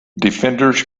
defenders